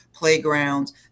playgrounds